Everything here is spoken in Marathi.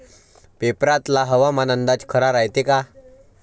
पेपरातला हवामान अंदाज खरा रायते का?